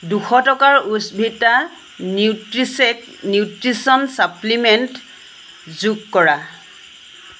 দুশ টকাৰ য়োছভিটা নিউট্ৰিশ্বেক নিউট্ৰিচন চাপ্লিমেণ্ট যোগ কৰা